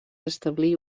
establí